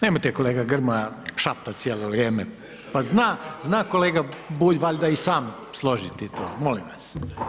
Nemojte kolega Grmoja šaptat cijelo vrijeme, pa zna kolega Bulja valjda i sam složiti to, molim vas.